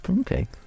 Okay